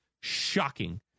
shocking